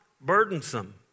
burdensome